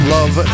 Love